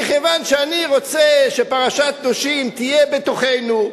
מכיוון שאני רוצה שפרשת קדושים תהיה בתוכנו,